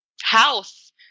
house